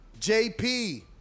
JP